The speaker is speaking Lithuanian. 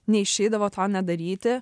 neišeidavo to nedaryti